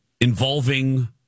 involving